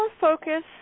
focus